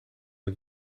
het